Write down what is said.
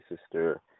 Sister